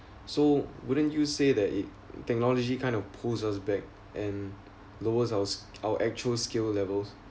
so wouldn't you say that it technology kind of pulls back and lowers our s~ actual skill levels